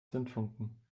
zündfunken